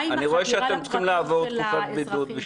מה עם החדירה לפרטיות של האזרחים?